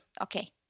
okay